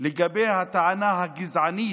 לגבי הטענה הגזענית,